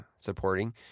supporting